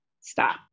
stop